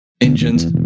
Engines